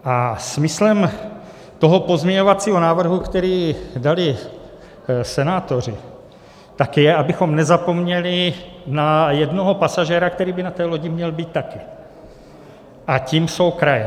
A smyslem toho pozměňovacího návrhu, který dali senátoři, je, abychom nezapomněli na jednoho pasažéra, který by na té lodi měl být také, a tím jsou kraje.